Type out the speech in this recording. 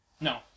No